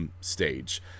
stage